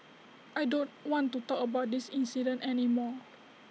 I don't want to talk about this incident any more